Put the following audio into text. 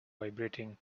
vibrating